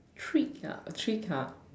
treat ah a treat ah